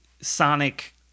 Sonic